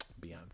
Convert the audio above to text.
Beyonce